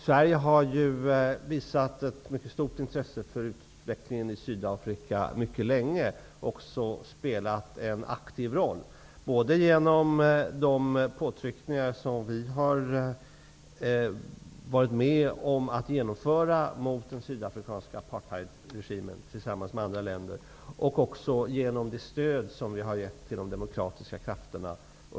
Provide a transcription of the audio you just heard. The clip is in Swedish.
Sverige har ju mycket länge visat ett mycket stort intresse för utvecklingen i Sydafrika och även spelat en aktiv roll, både genom de påtryckningar som vi tillsammans med andra länder har genomfört mot den sydafrikanska apartheidregimen och genom det stöd som vi under lång tid har givit till de demokratiska krafterna.